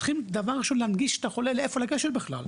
צריכים דבר ראשון להנגיש לחולה להיכן לגשת בכלל,